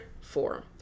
four